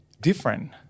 different